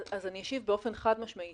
אז אני אשיב באופן חד-משמעי